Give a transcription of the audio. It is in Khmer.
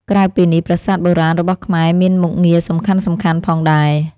ក្រៅពីនេះប្រាសាទបុរាណរបស់ខ្មែរមានមុខងារសំខាន់ៗផងដែរ។